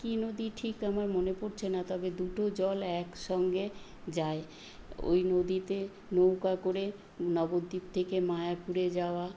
কি নদী ঠিক আমার মনে পড়ছে না তবে দুটো জল একসঙ্গে যায় ওই নদীতে নৌকা করে নবদ্বীপ থেকে মায়াপুরে যাওয়া